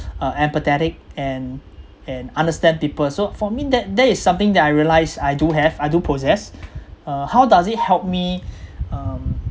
uh empathetic and and understand deeper so for me that that is something that I realized I do have I do possess uh how does it help me um